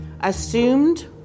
assumed